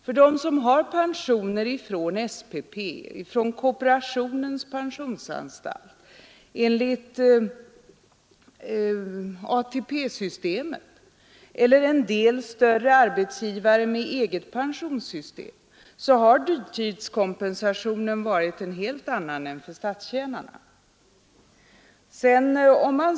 För dem som har pensioner från SPP, Kooperationens pensionsanstalt, från ATP-systemet eller från större arbetsgivare med eget pensionssystem har dyrtidskompensationen varit en helt annan än för statstjänarna.